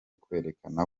kwerekana